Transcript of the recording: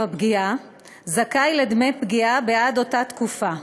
הפגיעה זכאי לדמי פגיעה בעד אותה תקופה.